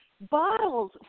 Bottles